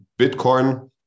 bitcoin